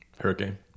hurricane